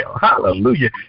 Hallelujah